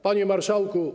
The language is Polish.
Panie Marszałku!